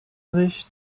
sich